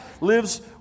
lives